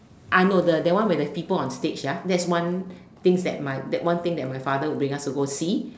uh no the that one where there's people on stage that's one things that's one thing that my father will bring us to go see